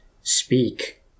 Speak